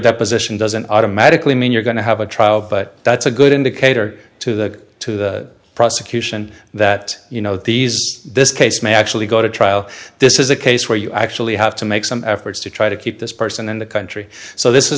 deposition doesn't automatically mean you're going to have a trial but that's a good indicator to the prosecution that you know these this case may actually go to trial this is a case where you actually have to make some efforts to try to keep this person in the country so this is